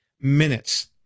minutes